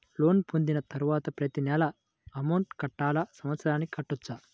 Loan పొందిన తరువాత ప్రతి నెల అమౌంట్ కట్టాలా? సంవత్సరానికి కట్టుకోవచ్చా?